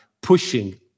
pushing